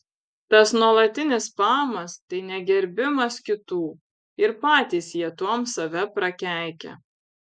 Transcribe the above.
tas nuolatinis spamas tai negerbimas kitų ir patys jie tuom save prakeikia